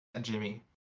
jimmy